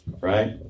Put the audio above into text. Right